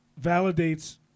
validates